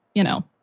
you know,